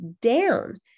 down